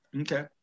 Okay